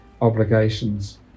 obligations